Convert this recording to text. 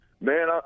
Man